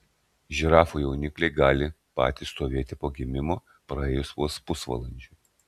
žirafų jaunikliai gali patys stovėti po gimimo praėjus vos pusvalandžiui